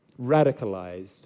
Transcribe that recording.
Radicalized